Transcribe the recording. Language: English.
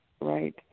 Right